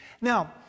Now